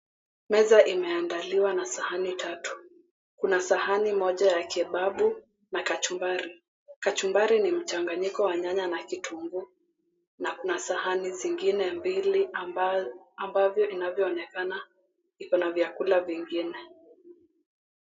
Meza imeandaliwa na sahani tatu. Kuna sahani moja ya kebabu na kachumbari. Kachumbari ni mchanganyiko wa nyanya na kitunguu, na sahani zingine mbili ambavyo vinavyoonekana iko na vyakula vingine.